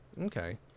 okay